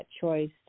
choice